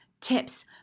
Tips